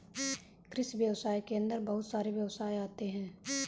कृषि व्यवसाय के अंदर बहुत सारे व्यवसाय आते है